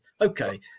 Okay